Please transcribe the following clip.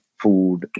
food